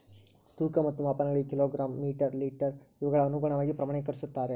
ತೂಕ ಮತ್ತು ಮಾಪನಗಳಲ್ಲಿ ಕಿಲೋ ಗ್ರಾಮ್ ಮೇಟರ್ ಲೇಟರ್ ಇವುಗಳ ಅನುಗುಣವಾಗಿ ಪ್ರಮಾಣಕರಿಸುತ್ತಾರೆ